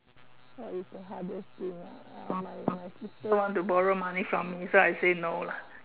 what is the hardest thing ah uh my uh my to borrow money from me so I say no lah